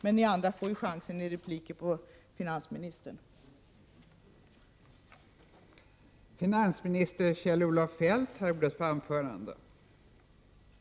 Men ni andra får ju chansen i repliker på finansministerns inlägg.